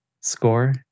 score